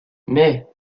mais